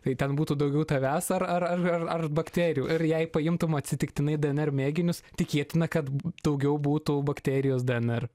tai ten būtų daugiau tavęs ar ar ar ar bakterijų ir jei paimtum atsitiktinai dnr mėginius tikėtina kad daugiau būtų bakterijos dnr